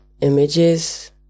images